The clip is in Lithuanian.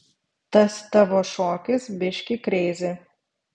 tas tavo šokis biški kreizi